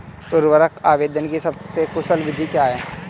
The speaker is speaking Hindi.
उर्वरक आवेदन की सबसे कुशल विधि क्या है?